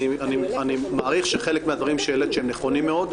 אני מעריך שחלק מהדברים שהעלית שהם נכונים מאוד,